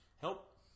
Help